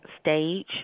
stage